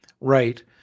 right